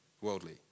worldly